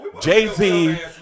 Jay-Z